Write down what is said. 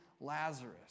Lazarus